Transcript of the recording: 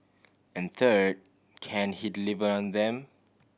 and third can he deliver on them